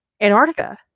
Antarctica